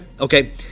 Okay